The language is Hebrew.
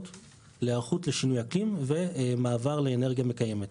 להיערכות לשינויי האקלים ולמעבר לאנרגיה מקיימת.